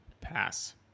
pass